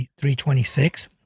326